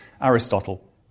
Aristotle